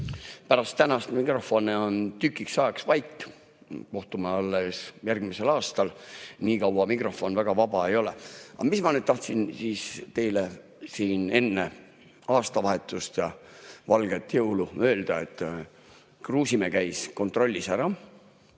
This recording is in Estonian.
Pärast tänast on mikrofon tükiks ajaks vait. Kohtume alles järgmisel aastal, nii kaua mikrofon väga vaba ei ole. Aga mis ma tahtsin teile siin enne aastavahetust ja valget jõulu öelda? Kruusimäe käis, kontrollis ära.